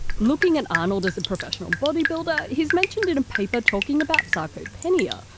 looking at arnold as a professional bodybuilder, he's mentioned in a paper talking about sarcopenia,